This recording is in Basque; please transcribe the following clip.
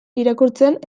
irakurtzen